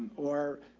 or,